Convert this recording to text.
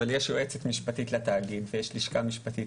אבל יש יועצת משפטית לתאגיד ויש לשכה משפטית,